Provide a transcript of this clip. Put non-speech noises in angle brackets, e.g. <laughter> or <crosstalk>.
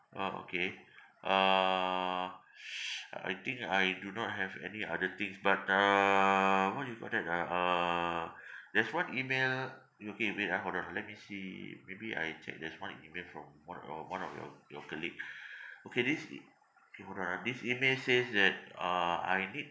orh okay uh <noise> I think I do not have any other things but uh what you call that ah uh there's one email I'm looking at it ah hold on ah let me see maybe I check there's one email from one o~ one of your your colleague <breath> okay this e~ K hold on ah this email says that uh I need